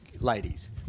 ladies